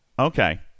Okay